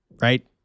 right